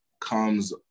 comes